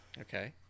Okay